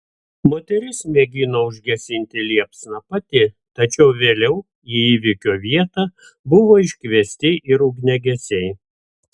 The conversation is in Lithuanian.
moteris mėgino užgesinti liepsną pati tačiau vėliau į įvykio vietą buvo iškviesti ir ugniagesiai